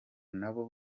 nabo